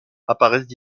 apparaissent